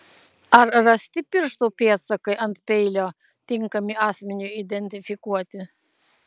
ar rasti pirštų pėdsakai ant peilio tinkami asmeniui identifikuoti